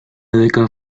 beca